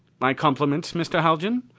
my compliments, mr. haljan.